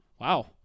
Wow